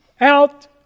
out